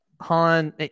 Han